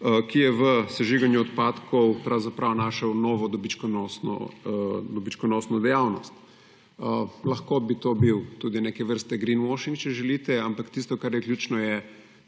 ki je v sežiganju odpadkov pravzaprav našel novo dobičkonosno dejavnost. Lahko bi to bil tudi neke vrste greenwashing, če želite, ampak tisto, kar je ključno, je,